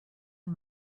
and